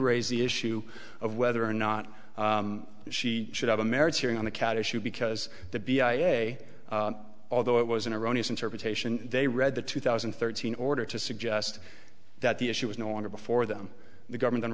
raise the issue of whether or not she should have a merits hearing on the cat issue because the b i a a although it was an erroneous interpretation they read the two thousand and thirteen order to suggest that the issue was no longer before them the government